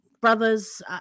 brothers